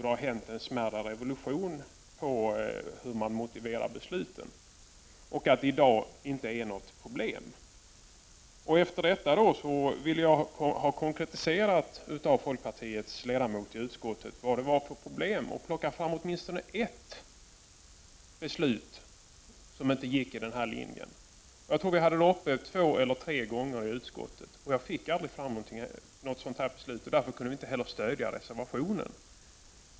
Det har skett en smärre revolution när det gäller hur man motiverar besluten, och det är i dag inte längre något problem. Jag ville efter detta att folkpartiets ledamot i utskottet skulle konkretisera vilka problem som fanns och åtminstone plocka fram ett beslut som inte gick i den här linjen. Jag tror att vi hade frågan uppe två eller tre gånger i utskottet. Jag fick aldrig fram något exempel på ett sådant beslut, och därför kunde miljöpartiet inte heller stödja reservationen.